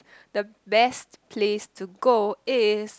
the best place to go is